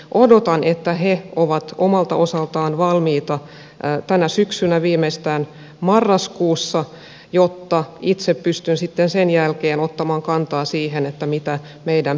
odotan että he ovat omalta osaltaan valmiita tänä syksynä viimeistään marraskuussa jotta itse pystyn sitten sen jälkeen ottamaan kantaa siihen mitä meidän pitäisi tehdä